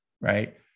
right